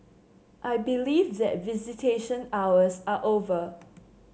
I believe that visitation hours are over